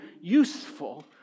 useful